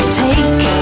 take